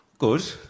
Good